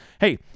Hey